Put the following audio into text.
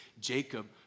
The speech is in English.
Jacob